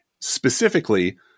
specifically